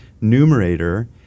numerator